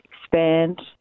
expand